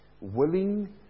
willing